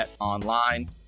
Online